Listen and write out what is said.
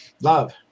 Love